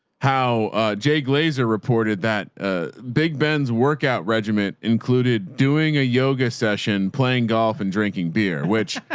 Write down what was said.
how jay glazer reported that ah big ben's workout regimen included doing a yoga session, playing golf and drinking beer, which,